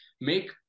make